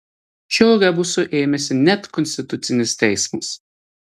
šio rebuso ėmėsi net konstitucinis teismas